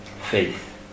Faith